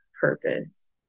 purpose